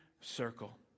circle